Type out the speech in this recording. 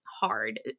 hard